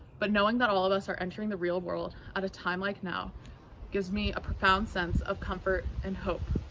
but knowing that all of us are entering the real world at a time like now gives me a profound sense of comfort and hope.